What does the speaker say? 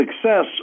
Success